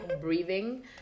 breathing